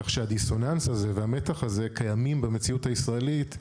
כך שהדיסוננס הזה והמתח הזה קיימים במציאות הישראלית,